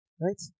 Right